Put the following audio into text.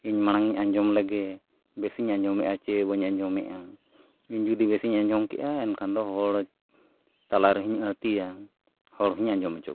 ᱤᱧ ᱢᱟᱲᱟᱝ ᱤᱧ ᱟᱸᱡᱚᱢ ᱞᱮᱜᱮ ᱵᱮᱥᱤᱧ ᱟᱡᱚᱢᱮᱜᱼᱟ ᱥᱮ ᱵᱟᱹᱧ ᱟᱸᱡᱚᱢᱮᱜᱼᱟ ᱤᱧ ᱡᱩᱫᱤ ᱵᱮᱥ ᱤᱧ ᱟᱸᱡᱚᱢᱮᱜᱼᱟ ᱮᱱᱠᱷᱟᱱ ᱫᱚ ᱦᱚᱲ ᱛᱟᱞᱟ ᱨᱮᱦᱚᱧ ᱟᱹᱲᱛᱤᱭᱟ ᱦᱚᱲ ᱦᱚᱧ ᱟᱡᱚᱢ ᱦᱚᱪᱚ ᱠᱚᱣᱟ